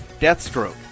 Deathstroke